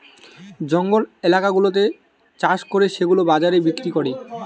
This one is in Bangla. জঙ্গল এলাকা গুলাতে চাষ করে সেগুলা বাজারে বিক্রি করে